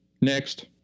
Next